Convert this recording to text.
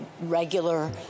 regular